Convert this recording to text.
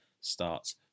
starts